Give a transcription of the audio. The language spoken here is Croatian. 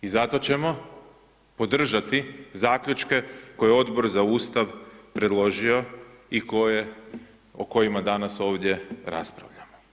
I zato ćemo podržati zaključke koje je Odbor za Ustav predložio i koje, o kojima danas ovdje raspravljamo.